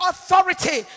authority